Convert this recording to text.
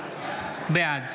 בעד